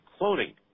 cloning